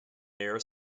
near